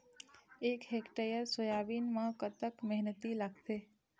एक hectare soybean म कतक मेहनती लागथे?